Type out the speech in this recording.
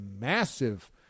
massive